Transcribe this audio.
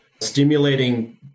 stimulating